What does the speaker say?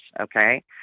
okay